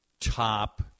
top